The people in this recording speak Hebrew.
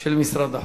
של משרד החוץ.